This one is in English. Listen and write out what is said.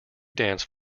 dance